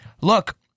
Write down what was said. look